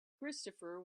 christopher